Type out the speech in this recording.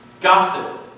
gossip